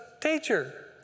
teacher